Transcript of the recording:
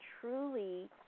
truly